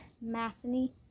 Matheny